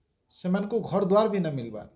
ସେମାନଙ୍କୁ ଘର ଦ୍ୱାର ବି ନ ମିଲବାର୍